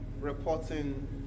reporting